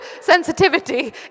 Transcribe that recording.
sensitivity